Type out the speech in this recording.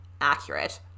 Accurate